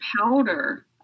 powder